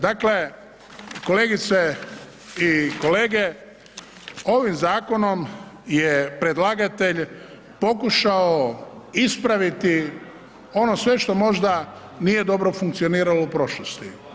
Dakle kolegice i kolege, ovim zakonom je predlagatelj pokušao ispraviti ono sve što možda nije dobro funkcioniralo u prošlosti.